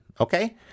Okay